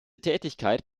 tätigkeit